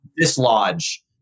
dislodge